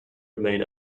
remain